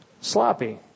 Sloppy